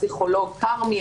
הפסיכולוג כרמי,